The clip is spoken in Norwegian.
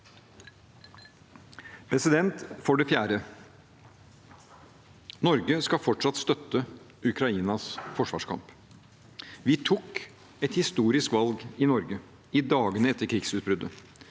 å stå på. For det fjerde: Norge skal fortsatt støtte Ukrainas forsvarskamp. Vi tok et historisk valg i Norge i dagene etter krigsutbruddet